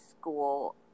school